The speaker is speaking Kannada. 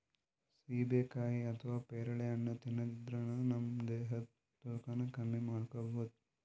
ಸೀಬೆಕಾಯಿ ಅಥವಾ ಪೇರಳೆ ಹಣ್ಣ್ ತಿನ್ನದ್ರಿನ್ದ ನಮ್ ದೇಹದ್ದ್ ತೂಕಾನು ಕಮ್ಮಿ ಮಾಡ್ಕೊಬಹುದ್